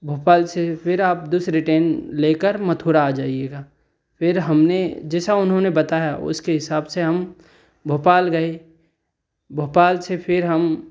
भोपाल से फ़िर आप दूसरी ट्रेन लेकर मथुरा आ जाइएगा फ़िर हमने जैसा उन्होंने बताया उसके हिसाब से हम भोपाल गए भोपाल से फ़िर हम